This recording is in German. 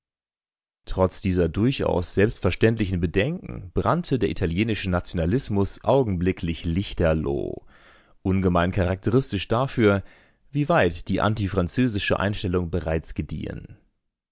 trotz dieser durchaus selbstverständlichen bedenken brannte der italienische nationalismus augenblicklich lichterloh ungemein charakteristisch dafür wie weit die antifranzösische einstellung bereits gediehen